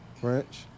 French